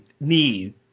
need